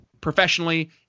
professionally